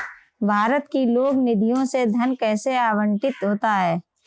भारत की लोक निधियों से धन कैसे आवंटित होता है?